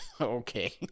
Okay